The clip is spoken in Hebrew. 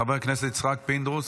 חבר הכנסת יצחק פינדרוס,